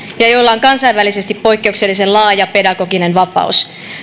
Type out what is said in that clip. ja joilla on kansainvälisesti poikkeuksellisen laaja pedagoginen vapaus